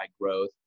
growth